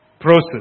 process